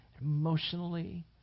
emotionally